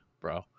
bro